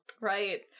Right